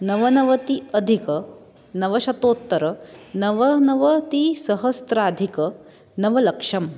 नवनवत्यधिकनवशतोत्तरनवनवतिसहस्त्राधिकनवलक्षम्